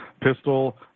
Pistol